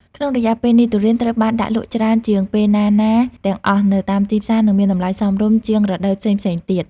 ក្នុងរយៈពេលនេះ ទុរេនត្រូវបានដាក់លក់ច្រើនជាងពេលណាៗទាំងអស់នៅតាមទីផ្សារ និងមានតម្លៃសមរម្យជាងរដូវផ្សេងៗទៀត។